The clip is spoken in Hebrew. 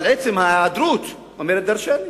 אבל עצם ההיעדרות אומרת דורשני.